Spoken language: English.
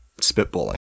spitballing